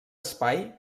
espai